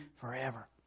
forever